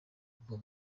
ubwo